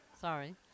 Sorry